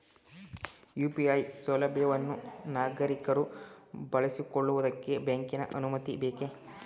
UPI ಸೌಲಭ್ಯವನ್ನು ನಾಗರಿಕರು ಬಳಸಿಕೊಳ್ಳುವುದಕ್ಕೆ ಬ್ಯಾಂಕಿನ ಅನುಮತಿ ಬೇಕೇ?